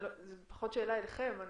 זו פחות שאלה אליכם,